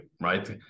right